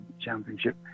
championship